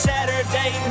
Saturday